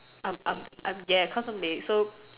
I'm I'm I'm yeah cause I'm late so